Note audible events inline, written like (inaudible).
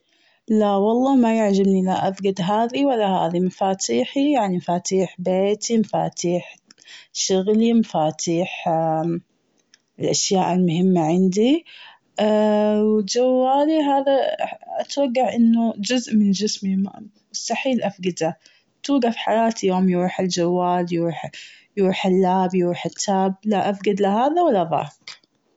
لا والله ما يعجبني لا افقد هذي ولا هذي. مفاتيحي يعني مفاتيح بيتي مفاتيح شغلي مفاتيح (hesitation) الأشياء المهمة عندي. (hesitation) و جوالي هذا اتوقع أنه جزء من جسمي مستحيل افقده. توقف حياتي يوم يروح الجوال، يروح lap ، يروح tap لا افقد هذا ولا ذاك.